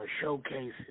showcases